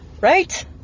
Right